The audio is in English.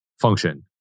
function